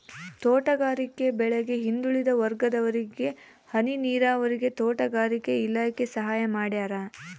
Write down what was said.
ತೋಟಗಾರಿಕೆ ಬೆಳೆಗೆ ಹಿಂದುಳಿದ ವರ್ಗದವರಿಗೆ ಹನಿ ನೀರಾವರಿಗೆ ತೋಟಗಾರಿಕೆ ಇಲಾಖೆ ಸಹಾಯ ಮಾಡ್ಯಾರ